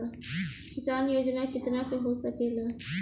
किसान योजना कितना के हो सकेला?